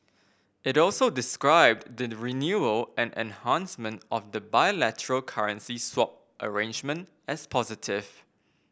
it also described the renewal and enhancement of the bilateral currency swap arrangement as positive